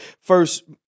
First